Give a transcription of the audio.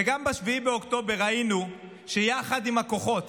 וגם ב-7 באוקטובר ראינו שיחד עם הכוחות,